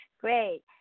Great